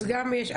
אז גם יש,